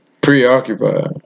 Preoccupied